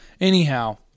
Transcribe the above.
Anyhow